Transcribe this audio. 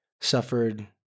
suffered